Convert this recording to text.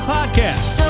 Podcast